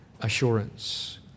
assurance